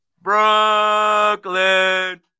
Brooklyn